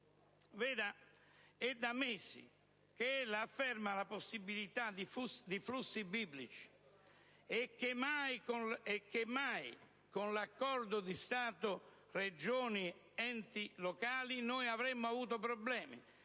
È da mesi che ella afferma la possibilità di flussi biblici e che mai, con l'accordo Stato-Regioni-enti locali, avreste avuto problemi,